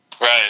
Right